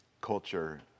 culture